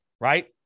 right